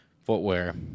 footwear